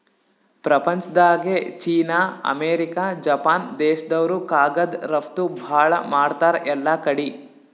ಪ್ರಪಂಚ್ದಾಗೆ China, America, Japan ದೇಶ್ದವ್ರು ಕಾಗದ್ ರಫ್ತು ಭಾಳ್ ಮಾಡ್ತಾರ್ ಎಲ್ಲಾಕಡಿ